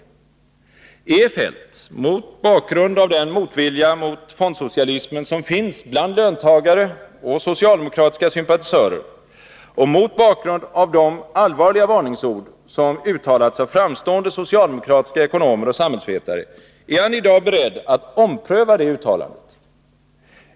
Är herr Feldt, mot bakgrund av den motvilja mot fondsocialism som finns bland löntagare och socialdemokratiska sympatisörer och mot bakgrund av de allvarliga varningsord som uttalats av framstående socialdemokratiska ekonomer och samhällsvetare, i dag beredd att ompröva det uttalandet?